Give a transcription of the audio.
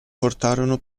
portarono